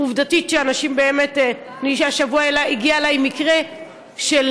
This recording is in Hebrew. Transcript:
עובדתית אנשים באמת השבוע הגיע אלי מקרה של